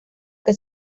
que